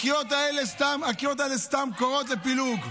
הקריאות האלה סתם קוראות לפילוג.